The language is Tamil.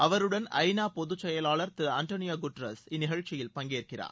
அவருடன் ஐநா பொது செயலாளர் திரு ஆண்டோனியோ குட்ரஸ் இந்நிகழ்ச்சியில் பங்கேற்கிறார்